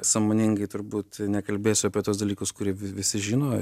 sąmoningai turbūt nekalbėsiu apie tuos dalykus kurie vi visi žino